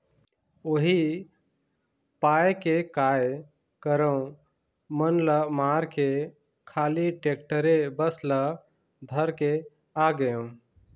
उही पाय के काय करँव मन ल मारके खाली टेक्टरे बस ल धर के आगेंव